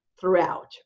throughout